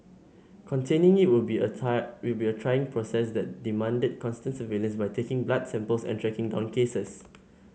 containing it will be a it will be a trying process that demanded constant surveillance by taking blood samples and tracking down cases